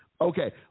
Okay